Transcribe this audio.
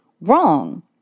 wrong